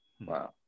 Wow